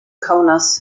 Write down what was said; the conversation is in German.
kaunas